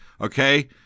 okay